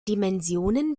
dimensionen